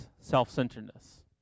self-centeredness